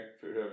food